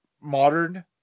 modern